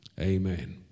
Amen